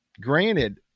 Granted